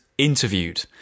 interviewed